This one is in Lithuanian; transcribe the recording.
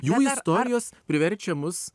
jų istorijos priverčia mus